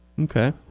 okay